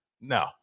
No